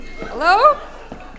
Hello